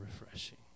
refreshing